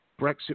Brexit